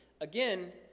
Again